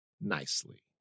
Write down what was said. nicely